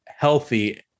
healthy